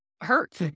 hurt